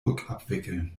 rückabwickeln